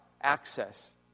access